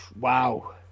wow